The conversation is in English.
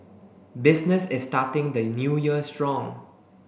business is starting the new year strong